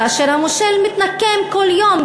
כאשר המושל מתנקם כל יום,